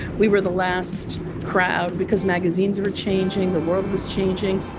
we were the last crowd because magazines were changing the world was changing